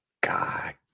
god